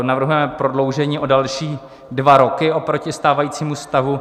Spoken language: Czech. Navrhujeme prodloužení o další dva roky oproti stávajícímu stavu.